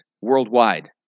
worldwide